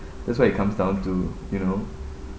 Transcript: that's why it comes down to you know